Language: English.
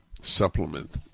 supplement